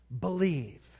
believe